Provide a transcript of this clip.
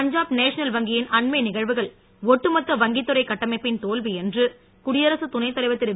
பஞ்சா ப் National வங்கி யி ன் அண்மை நிகழ்வுகள் ஒட்டுமொ த்த வங்கித்துறைகட்டமைப்பின் தோல்வி என்று குடியரசு துணைதலைவ ர் தி ரு